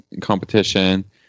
competition